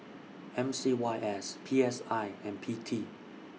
M C Y S P S I and P T